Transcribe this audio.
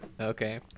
Okay